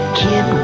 kid